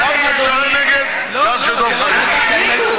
סגן השר אומר שכן.